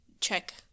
check